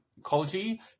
Ecology